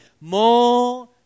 More